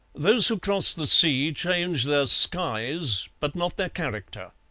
those who cross the sea change their skies but not their character.